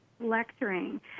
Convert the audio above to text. lecturing